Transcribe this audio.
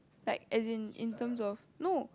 like as in in terms of no